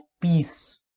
peace